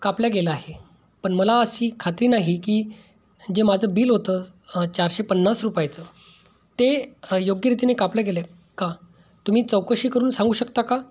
कापलं गेलं आहे पण मला अशी खात्री नाही की जे माझं बिल होतं चारशे पन्नास रुपयाचं ते योग्यरीतीने कापलं गेलं का तुम्ही चौकशी करून सांगू शकता का